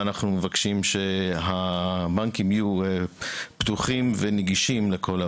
ואנחנו מבקשים שהבנקים יהיו פתוחים ונגישים לכל העולים.